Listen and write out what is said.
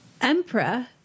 emperor